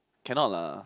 cannot lah